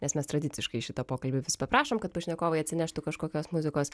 nes mes tradiciškai į šitą pokalbį vis paprašom kad pašnekovai atsineštų kažkokios muzikos